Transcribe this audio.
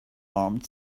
armed